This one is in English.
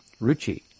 ruchi